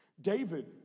David